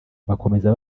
bakomeza